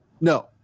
No